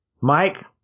Mike